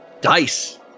Dice